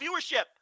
viewership